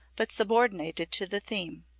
but subordinated to the theme.